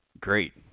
great